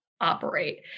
operate